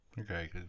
Okay